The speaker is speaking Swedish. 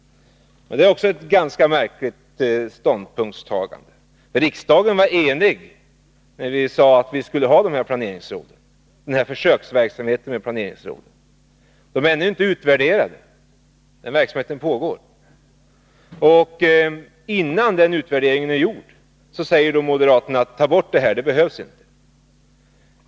Men det är också ett ganska märkligt ställningstagande. Riksdagen var nämligen enig när vi bestämde att vi skulle bedriva försöksverksamhet med planeringsråd. Den verksamheten pågår fortfarande och är ännu inte utvärderad. Men innan den utvärderingen är gjord säger moderaterna: Ta bort de regionala planeringsråden! De behövs inte.